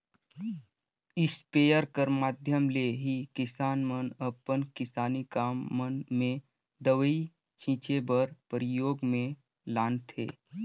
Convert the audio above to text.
sprayer कर माध्यम ले ही किसान मन अपन किसानी काम मन मे दवई छीचे बर परियोग मे लानथे